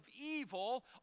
evil